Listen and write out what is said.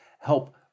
help